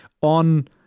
on